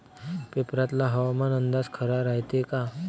पेपरातला हवामान अंदाज खरा रायते का?